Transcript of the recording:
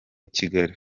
kigali